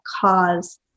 cause